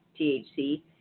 THC